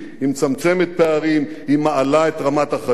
היא מצמצמת פערים והיא מעלה את רמת החיים.